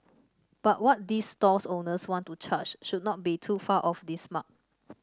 but what these stalls owners want to charge should not be too far off this mark